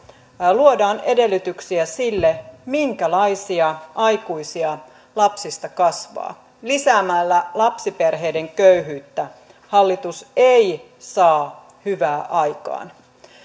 luodaan edellytyksiä sille minkälaisia aikuisia lapsista kasvaa lisäämällä lapsiperheiden köyhyyttä hallitus ei saa hyvää aikaan